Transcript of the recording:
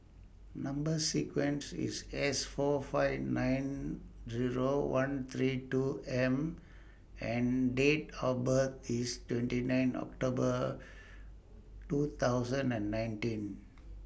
Number sequence IS S four five nine Zero one three two M and Date of birth IS twenty nine October two thousand and nineteen